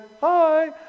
Hi